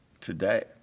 today